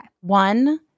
One